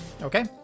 Okay